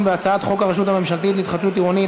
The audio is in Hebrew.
בהצעת חוק הרשות הממשלתית להתחדשות עירונית,